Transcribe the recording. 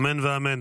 אמן ואמן.